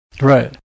Right